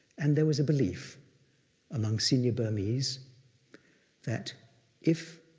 and there was a belief among senior burmese that if